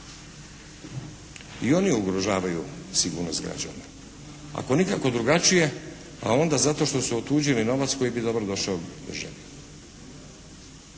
i oni ugrožavaju sigurnost građana. Ako nikako drugačije, a onda zato što su otuđili novac koji bi dobrodošao državi.